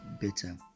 better